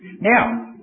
Now